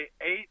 eight